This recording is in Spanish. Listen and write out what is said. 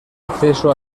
acceso